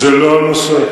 זה לא הנושא.